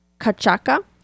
kachaka